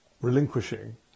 relinquishing